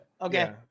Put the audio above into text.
Okay